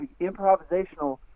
improvisational